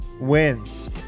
wins